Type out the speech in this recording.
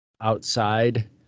outside